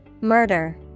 Murder